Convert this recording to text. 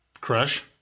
Crush